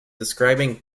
describing